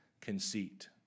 conceit